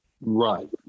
Right